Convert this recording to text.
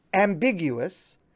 ambiguous